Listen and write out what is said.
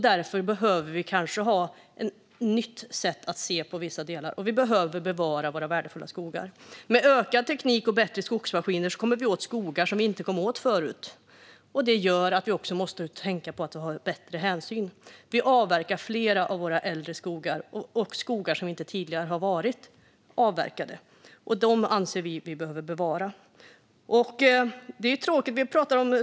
Därför behöver vi kanske ha ett nytt sätt att se på vissa delar, och vi behöver bevara våra värdefulla skogar. Med ökad teknik och bättre skogsmaskiner kommer vi åt skogar som vi inte kom åt förut. Det gör att vi också måste tänka på att ta bättre hänsyn. Vi avverkar fler av våra äldre skogar, skogar som inte tidigare har varit avverkade. Dem anser vi att vi behöver bevara.